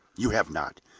you have not!